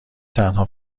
تنها